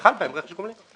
שחל בהם רכש גומלין.